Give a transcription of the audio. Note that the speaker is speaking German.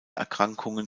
erkrankungen